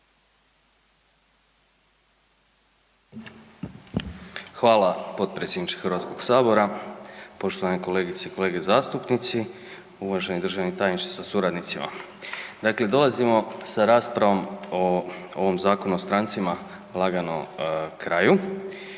Hvala potpredsjedniče HS, poštovane kolegice i kolege zastupnici, uvaženi državni tajniče sa suradnicima. Dakle, dolazimo sa raspravom o ovom Zakonu o strancima lagano kraju